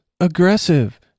aggressive